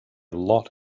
lot